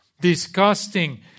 disgusting